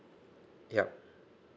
yup